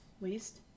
Least